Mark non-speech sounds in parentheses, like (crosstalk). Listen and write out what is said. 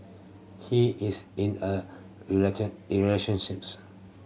he is in a (unintelligible) relationships